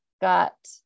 got